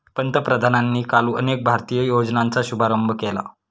पंतप्रधानांनी काल अनेक भारतीय योजनांचा शुभारंभ केला